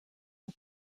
the